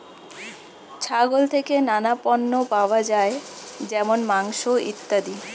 ছাগল থেকে নানা পণ্য পাওয়া যায় যেমন মাংস, ইত্যাদি